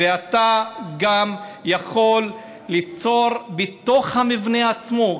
ואתה גם יכול ליצור בתוך המבנה עצמו.